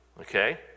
Okay